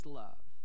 love